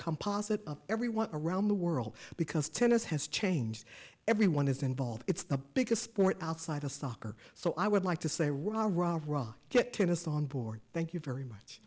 composite of everyone around the world because tennis has changed everyone is involved it's the biggest sport outside of soccer so i would like to say we're rob rob get tennis on board thank you very much